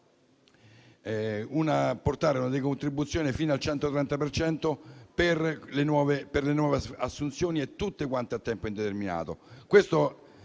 portare una decontribuzione fino al 130 per cento per le nuove assunzioni tutte a tempo indeterminato,